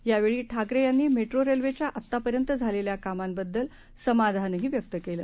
यावेळीठाकरेयांनीमेट्रोरेल्वेच्याआत्तापर्यंतझालेल्याकामांबद्दलसमाधानहीव्यक्तकेलं